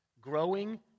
Growing